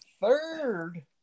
third